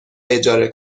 اجاره